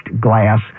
glass